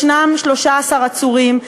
ישנם 13 עצורים,